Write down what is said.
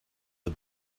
the